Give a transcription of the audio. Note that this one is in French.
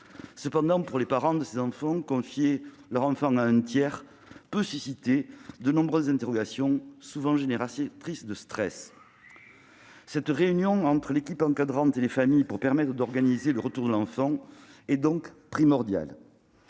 Cependant, pour les parents, confier leur enfant à un tiers peut susciter de nombreuses interrogations, souvent même du stress. Cette réunion entre l'équipe encadrante et les familles pour organiser le retour de l'enfant est donc primordiale.